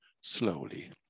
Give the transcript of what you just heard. slowly